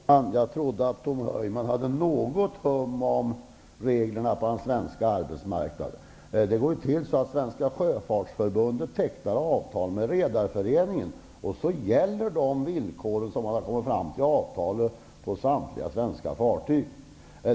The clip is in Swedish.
Herr talman! Jag trodde att Tom Heyman hade någon hum om reglerna på den svenska arbetsmarknaden. Det går ju till så att Svenska sjöfolksförbundet tecknar avtal med Redareföreningen, och så gäller de villkor som man har kommit fram till på samtliga svenska fartyg.